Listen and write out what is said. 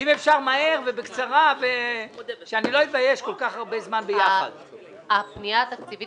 שני תקני כוח האדם האלה של התחדשות